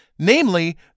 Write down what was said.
namely